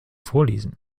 vorlesen